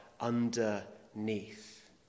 underneath